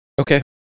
okay